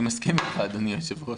אני מסכים איתך, אדוני היושב-ראש.